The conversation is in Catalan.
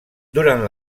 durant